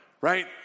right